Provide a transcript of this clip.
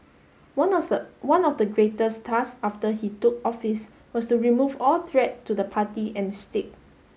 one one of the greatest task after he took office was to remove all threat to the party and state